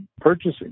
purchasing